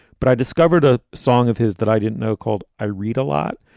but i discovered a song of his that i didn't know called. i read a lot.